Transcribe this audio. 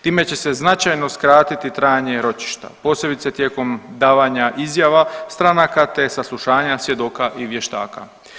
Time se značajno skratiti trajanje ročišta, posebice tijekom davanja izjava stranaka, te saslušanja svjedoka i vještaka.